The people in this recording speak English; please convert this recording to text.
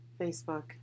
Facebook